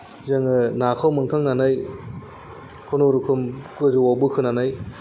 जोङो नाखौ मोनखांनानै कुनुरोखोम गोजौआव बोखोनानै